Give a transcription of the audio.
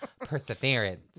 perseverance